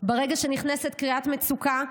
ברגע שנכנסת קריאת מצוקה,